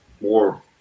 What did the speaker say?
more